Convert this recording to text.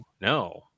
no